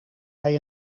hij